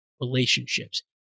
relationships